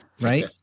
right